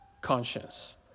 conscience